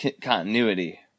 continuity